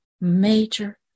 major